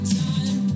time